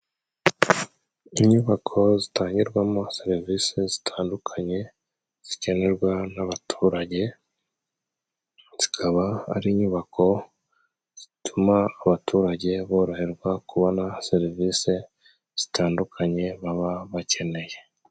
Inyubako zitangirwamo serivisi zitandukanye zikenerwa n'abaturage. Zikaba ari inyubako zituma abaturage boroherwa, kubona serivise zitandukanye baba bakeneye.